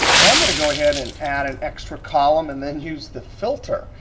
well, i'm gonna go ahead and add an extra column and then use the filter.